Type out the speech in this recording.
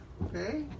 Okay